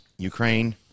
Ukraine